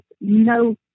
no